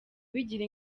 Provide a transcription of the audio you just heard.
bigira